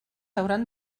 hauran